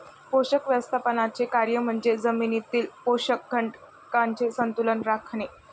पोषक व्यवस्थापनाचे कार्य म्हणजे जमिनीतील पोषक घटकांचे संतुलन राखणे